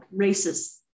racist